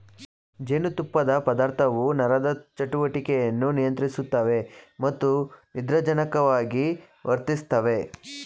ಜೇನುತುಪ್ಪದ ಪದಾರ್ಥವು ನರದ ಚಟುವಟಿಕೆಯನ್ನು ನಿಯಂತ್ರಿಸುತ್ತವೆ ಮತ್ತು ನಿದ್ರಾಜನಕವಾಗಿ ವರ್ತಿಸ್ತವೆ